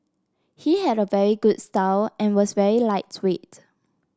he had a very good style and was very lightweight